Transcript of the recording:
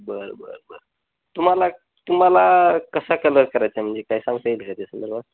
बरं बरं बरं तुम्हाला तुम्हाला कसा कलर करायचा आहे म्हणजे काय सांग येईल का त्या संदर्भात